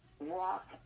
walk